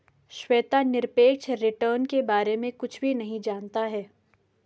श्वेता निरपेक्ष रिटर्न के बारे में कुछ भी नहीं जनता है